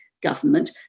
government